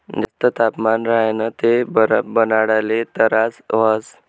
जास्त तापमान राह्यनं ते बरफ बनाडाले तरास व्हस